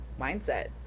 mindset